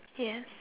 yes